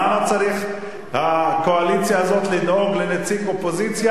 למה צריכה הקואליציה הזאת לדאוג לנציג אופוזיציה